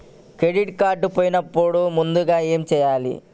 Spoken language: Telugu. క్రెడిట్ కార్డ్ పోయినపుడు ముందుగా ఏమి చేయాలి?